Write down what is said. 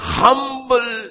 humble